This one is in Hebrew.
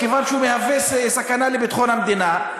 מכיוון שהוא מהווה סכנה לביטחון המדינה,